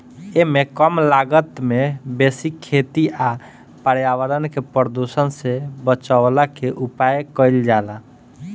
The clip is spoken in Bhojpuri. एमे कम लागत में बेसी खेती आ पर्यावरण के प्रदुषण से बचवला के उपाय कइल जाला